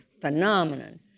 phenomenon